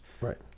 right